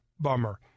Bummer